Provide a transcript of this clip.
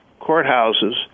courthouses